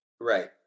Right